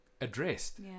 addressed